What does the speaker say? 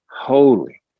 holy